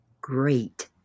Great